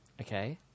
Okay